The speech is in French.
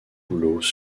boulots